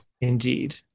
indeed